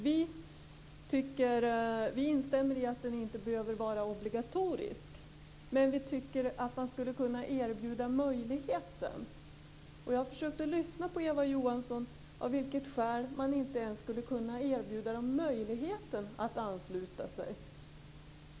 Vi instämmer i att den inte behöver vara obligatorisk, men vi tycker att man skulle kunna erbjuda möjligheten att ansluta sig till den. Jag har försökt att lyssna på Eva Johansson för att få veta av vilket skäl man inte ens skulle kunna erbjuda dem möjligheten att ansluta sig.